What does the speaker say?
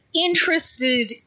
interested